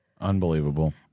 Unbelievable